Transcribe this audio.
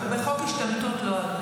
בחוק השתמטות, לא,